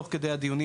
תוך כדי הדיונים,